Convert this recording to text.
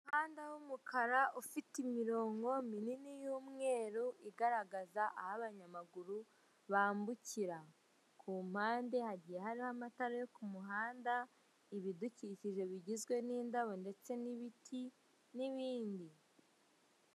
Umuhanda w'umukara ufite imirongo minini y'umweru igaragaza aho abanyamaguru bambukira .Ku mpande hagiye hariho amatara yo kumuhanda, ibidukikije bigizwe n'indabo ndetse n'ibiti n'ibindi.